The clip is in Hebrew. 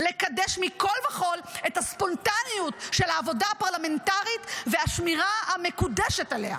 לקדש מכול וכול את הספונטניות של העבודה הפרלמנטרית והשמירה המקודשת עליה.